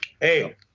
Hey